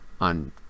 on